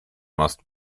must